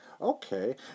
Okay